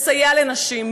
לסייע לנשים.